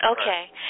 Okay